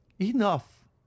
enough